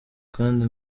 kandi